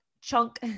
chunk